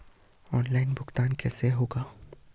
Online भुगतान कैसे होगा?